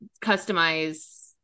customize